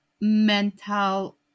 mental